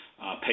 pay